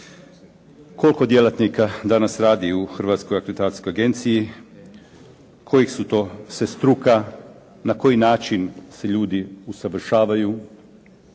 koliko djelatnika danas radi u Hrvatskoj akreditacijskoj agenciji, koji su to sve struka, na koji način se ljudi usavršavaju